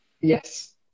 Yes